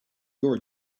your